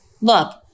look